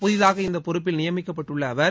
புதிதாக இந்தப் பொறுப்பில் நியமிக்கப்பட்டுள்ள அவர்